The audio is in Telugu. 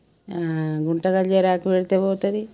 గుంట గల్జేరాకు పెడితే పోతుంది